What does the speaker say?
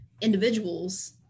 individuals